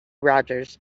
rogers